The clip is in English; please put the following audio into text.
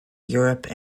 europe